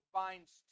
binds